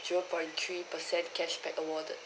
zero point three percent cashback awarded